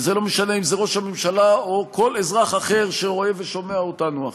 וזה לא משנה אם זה ראש הממשלה או כל אזרח אחר שרואה ושומע אותנו עכשיו,